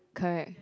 correct